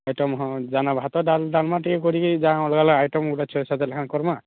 item ହଁ ଜାଣା ଭାତ ଡାଲ୍ ଡାଲମା ଟିକେ କରିକି ଜାଣା ଅଲଗା ଅଲଗା ଆଇଟମ୍ ଛଅ ସାତ୍ଟା ଲେଖାଏଁ କରମା